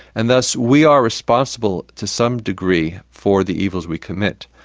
and thus we are responsible, to some degree, for the evils we commit.